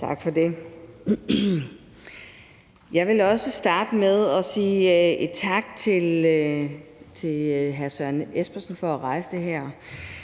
Tak for det. Jeg vil også starte med at sige tak til hr. Søren Espersen for at rejse det her